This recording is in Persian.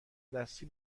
دستی